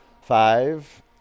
Five